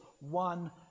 one